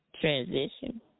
transition